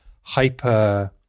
hyper